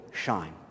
shine